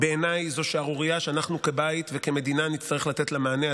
בעיניי זו שערורייה שאנחנו כבית וכמדינה נצטרך לתת לה מענה,